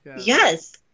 Yes